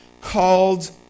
called